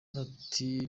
ati